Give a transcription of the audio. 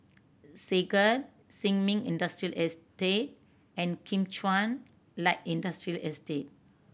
Segar Sin Ming Industrial Estate and Kim Chuan Light Industrial Estate